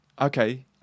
Okay